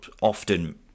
often